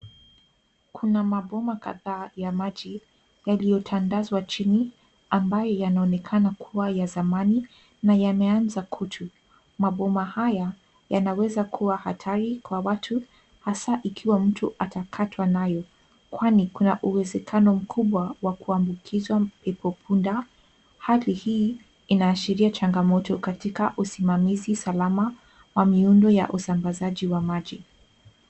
Kuna mabomba kadhaa ya maji yaliyotandazwa chini ambayo yanaonekana kuwa ya zamani na yameanza kutu. Mabomba haya yanaweza kuwa hatari kwa watu hasa ikiwa mtu atakatwa nayo, kwani kuwa kuna uwezekano mkubwa wa kuambukizwa pepo punda. Hali hii inaashiria changamoto katika usimamizi salama wa miundo ya usambazaji wa maji.